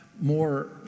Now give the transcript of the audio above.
more